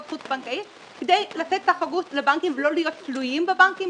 החוץ-בנקאיות כדי לתת תחרות לבנקים ולא להיות תלויים בבנקים,